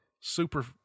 super